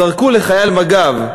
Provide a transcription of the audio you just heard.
זרקו לחייל מג"ב,